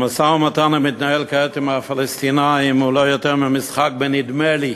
המשא-ומתן המתנהל כעת עם הפלסטינים הוא לא יותר ממשחק בנדמה לי.